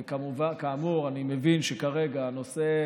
וכאמור, אני מבין שכרגע הנושא